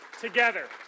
together